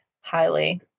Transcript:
highly